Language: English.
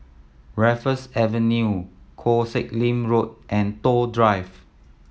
Raffles Avenue Koh Sek Lim Road and Toh Drive